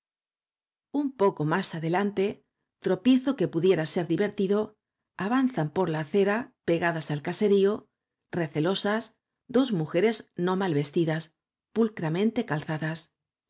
un poco más adelante tropiezo que p u diera ser divertido avanzan por la acera pegadas al caserío recelosas dos mujeres no mal vestidas pulcramente calzadas